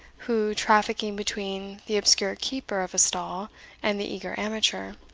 who, trafficking between the obscure keeper of a stall and the eager amateur,